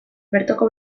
bertoko